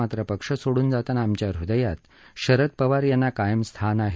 मात्र पक्ष सोडून जातांना आमच्या हुदयात शरद पवार यांना कायम स्थान आहे